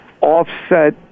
offset